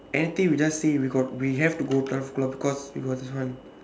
anything we just say we got we have to go turf club because we got this one